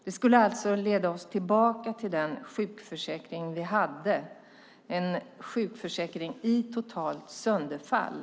Det skulle alltså leda oss tillbaka till den sjukförsäkring vi hade, en sjukförsäkring i totalt sönderfall.